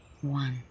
One